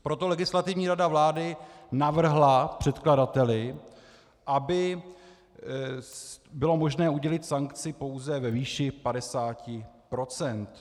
Proto Legislativní rada vlády navrhla předkladateli, aby bylo možné udělit sankci pouze ve výši 50 %.